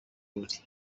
birori